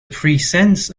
presence